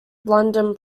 london